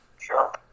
Sure